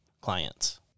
clients